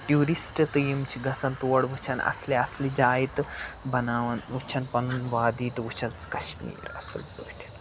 tourist تہٕ یِم چِھ گَژھان تور وٕچھان اَصلہِ اَصلہِ جایہِ تہٕ بَناوان وٕچھان پَنُن وادی تہٕ وٕچھان کَشمیٖر اَصٕل پٲٹھۍ